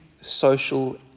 social